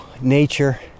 nature